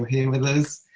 but here with us,